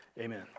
Amen